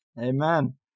Amen